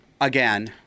again